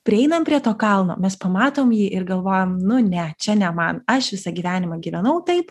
prieinam prie to kalno mes pamatom jį ir galvojam nu ne čia ne man aš visą gyvenimą gyvenau taip